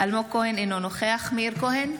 אלמוג כהן, אינו נוכח מאיר כהן,